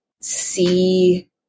see